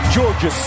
Georgia